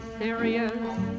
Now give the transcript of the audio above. serious